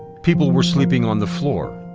people were sleeping on the floor,